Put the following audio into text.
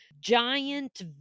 giant